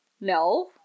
No